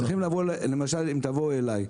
למשל אם תבוא אליי,